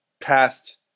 past